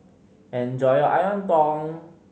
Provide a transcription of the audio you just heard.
enjoy your